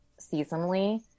seasonally